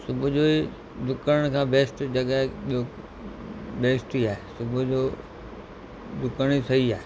सुबुह जो ई डुकण खां बेस्ट जॻह ॿियो बेस्ट ई आहे सुबुह जो डुकण ई सही आहे